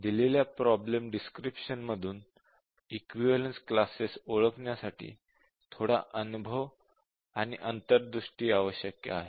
दिलेल्या problem description मधून equivalence classes ओळखण्यासाठी थोडा अनुभव आणि अंतर्दृष्टी आवश्यक आहे